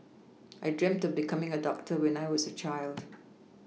I dreamt becoming a doctor when I was a child